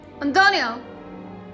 Antonio